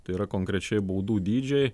tai yra konkrečiai baudų dydžiai